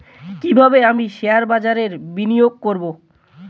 কিভাবে আমি শেয়ারবাজারে বিনিয়োগ করবে?